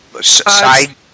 side